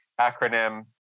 acronym